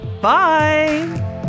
Bye